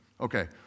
Okay